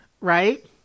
right